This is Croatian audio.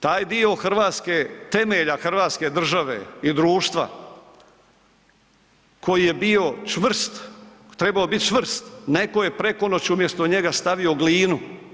Tak dio Hrvatske, temelja Hrvatske države i društva koji je bio čvrst, trebao biti čvrst, netko je preko noći umjesto njega stavio glinu.